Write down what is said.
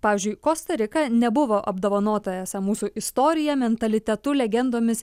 pavyzdžiui kosta rika nebuvo apdovanota esą mūsų istorija mentalitetu legendomis